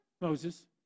Moses